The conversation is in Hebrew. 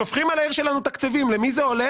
שופכים על העיר שלנו תקציבים" אבל למי זה הולך?